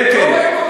לא רואים אותם,